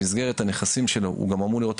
במסגרת הנכסים שלו הוא גם אמור לראות את